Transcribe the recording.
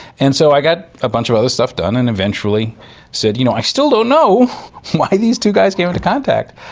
and so i got a bunch of other stuff done and eventually said, you know, i still don't know why these two guys came into contact.